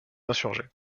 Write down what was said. insurgés